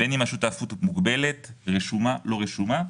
בין השותף הוא --- מוגבלת רשומה או לא רשומה.